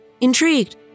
Intrigued